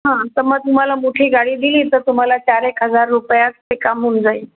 हां तर मग तुम्हाला मोठी गाडी दिली तर तुम्हाला चार एक हजार रुपयात ते काम होऊन जाईल